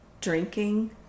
Drinking